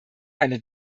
eine